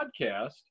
podcast